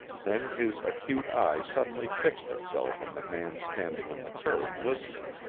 then his acute eye suddenly fixed itself on the man standing on the curb listening.